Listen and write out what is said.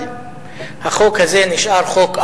אבל החוק הזה נשאר חוק אמורפי,